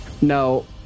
no